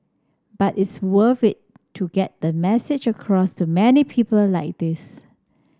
but it's worth it to get the message across to many people like this